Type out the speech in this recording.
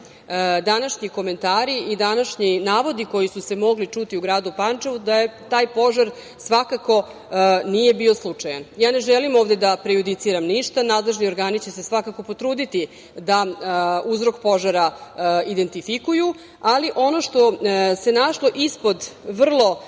današnji komentari i današnji navodi koji su se mogli čuti u gradu Pančevu da taj požar svakako nije bio slučajan. Ja ne želim ovde da prejudiciram ništa. Nadležni organi će se svakako potruditi da uzrok požara identifikuju, ali ono što se našlo ispod vrlo